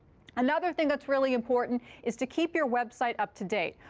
another thing that's really important is to keep your website up to date.